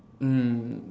mm